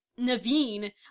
Naveen